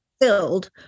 filled